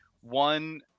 One